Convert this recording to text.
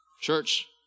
church